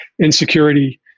insecurity